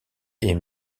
est